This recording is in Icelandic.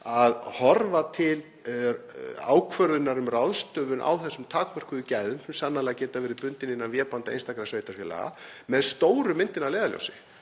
að horfa eigi til ákvörðunar um ráðstöfun á þessum takmörkuðu gæðum, sem sannarlega geta verið bundin innan vébanda einstakra sveitarfélaga, með stóru myndina að leiðarljósi,